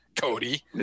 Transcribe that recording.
Cody